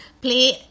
play